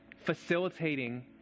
Facilitating